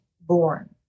born